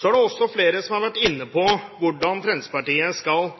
Så er det flere som har vært inne på hvordan Fremskrittspartiet skal